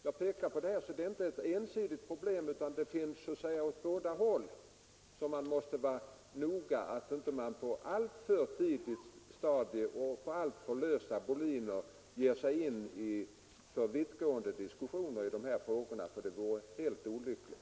Jag pekar på detta för att visa att det här är inte ett ensidigt problem, utan man måste också vara noga med att inte på ett alltför tidigt stadium och på alltför lösa boliner ge sig in i vittgående diskussioner. Det vore mycket olyckligt om man gjorde det.